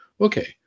okay